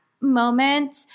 moment